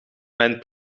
mijn